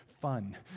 fun